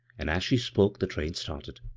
and as she spoke the train started.